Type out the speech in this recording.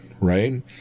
right